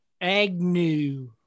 Agnew